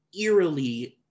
eerily